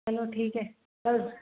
चलो ठीक हैं